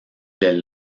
les